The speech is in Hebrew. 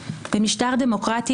11:19) במשטר דמוקרטי,